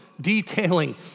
detailing